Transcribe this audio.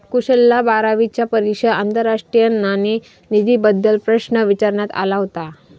कुशलला बारावीच्या परीक्षेत आंतरराष्ट्रीय नाणेनिधीबद्दल प्रश्न विचारण्यात आला होता